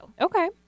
okay